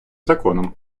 законом